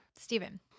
Stephen